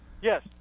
Yes